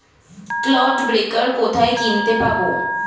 Clod breaker কোথায় কিনতে পাব?